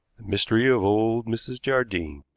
mystery of old mrs jardine